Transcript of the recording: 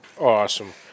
Awesome